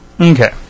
Okay